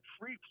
free